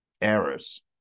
errors